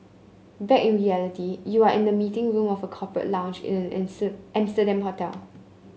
back in reality you are in the meeting room of a corporate lounge in an Amsterdam hotel